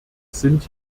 sind